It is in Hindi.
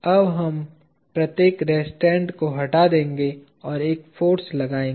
अब हम प्रत्येक रेस्ट्रेंट को हटा देंगे और एक फाॅर्स लगाएंगे